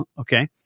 Okay